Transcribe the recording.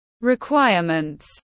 requirements